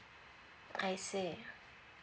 I see